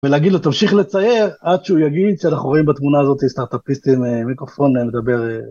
ולהגיד לו תמשיך לצייר עד שהוא יגיד שאנחנו רואים בתמונה הזאת סטארטאפיסט עם מיקרופון לדבר.